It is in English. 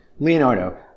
Leonardo